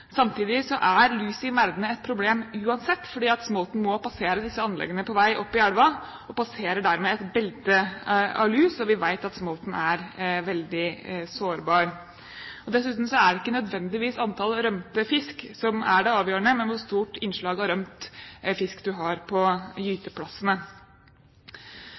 Samtidig er lus i merdene et problem uansett, for smolten må passere disse anleggene på vei opp i elven og passerer dermed et belte av lus, og vi vet at smolten er veldig sårbar. Dessuten er det ikke nødvendigvis antall rømte fisk som er det avgjørende, men hvor stort innslag av rømt fisk man har på gyteplassene.